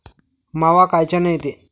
मावा कायच्यानं येते?